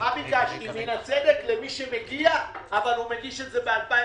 מה ביקשתי מן הצדק למי שמגיע אבל הוא מגיש את זה ב-2021?